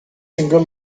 single